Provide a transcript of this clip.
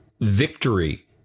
victory